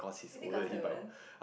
is it got seven